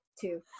two